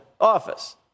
office